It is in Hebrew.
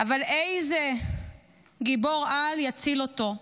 אבל איזה גיבור-על יציל אותו?